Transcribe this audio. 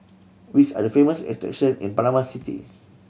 which are the famous attraction in Panama City